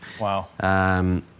Wow